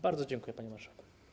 Bardzo dziękuję, panie marszałku.